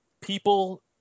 People –